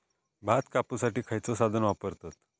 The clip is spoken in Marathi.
भात कापुसाठी खैयचो साधन वापरतत?